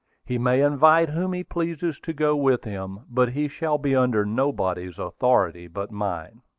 he may invite whom he pleases to go with him. but he shall be under nobody's authority but mine.